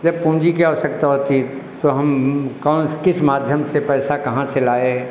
जब पूंजी की आवश्यकता होती है तो हम कौन से किस माध्यम से पैसा कहाँ से लाए